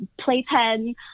playpen